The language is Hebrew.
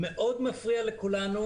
מאוד מפריע לכולנו,